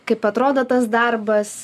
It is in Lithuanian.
kaip atrodo tas darbas